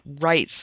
rights